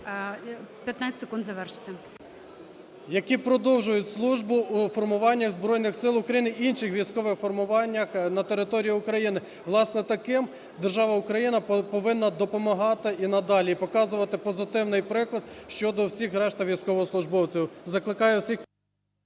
15 секунд завершити. ПАСТУХ Т.Т. … які продовжують службу у формуваннях Збройних Сил України, інших військових формуваннях на території України. Власне, таким держава Україна повинна допомагати і надалі і показувати позитивний приклад щодо всіх решта військовослужбовців.